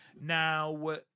Now